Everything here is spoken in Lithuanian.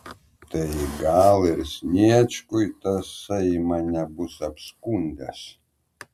tai gal ir sniečkui tasai mane bus apskundęs